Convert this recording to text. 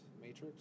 Matrix